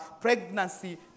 pregnancy